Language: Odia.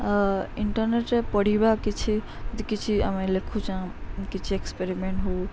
ଅ ଇଣ୍ଟରନେଟରେେ ପଢ଼ିବା କିଛି ଯି କିଛି ଆମେ ଲେଖୁଚଁ କିଛି ଏକ୍ସପେରିମେଣ୍ଟ ହଉ